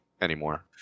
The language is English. anymore